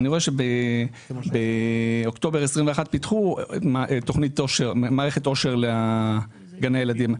אני רואה שבאוקטובר 2021 פיתחו מערכת אושר לגני הילדים.